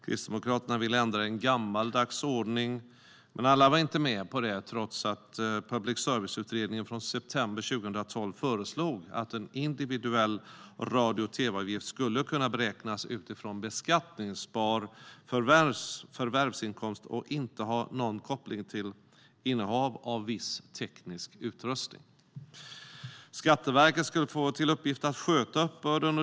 Kristdemokraterna ville ändra en gammaldags ordning, men alla var inte med på det trots att Public service-utredningen från september 2012 föreslog att en individuell radio och tv-avgift skulle kunna beräknas utifrån beskattningsbar förvärvsinkomst och inte ha någon koppling till innehav av viss teknisk utrustning. Skatteverket skulle få till uppgift att sköta uppbörden.